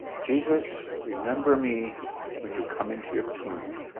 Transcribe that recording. jesus, remember me when you come into your kingdom.